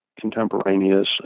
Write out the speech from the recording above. contemporaneous